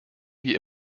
wie